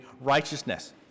righteousness